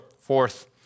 fourth